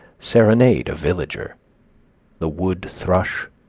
serenade a villager the wood thrush,